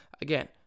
again